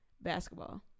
Basketball